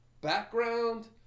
background